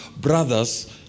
brothers